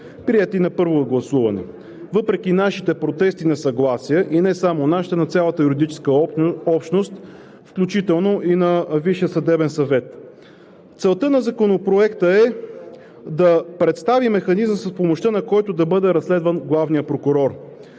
приет и на първо гласуване, въпреки нашите протест и несъгласие, и не само нашите – на цялата юридическа общност, включително и на Висшия съдебен съвет. Целта на Законопроекта е да представи механизъм с помощта, на който да бъде разследван главният прокурор.